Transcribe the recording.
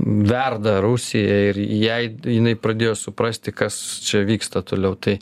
verda rusija ir jai jinai pradėjo suprasti kas čia vyksta toliau tai